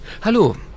Hallo